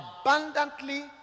abundantly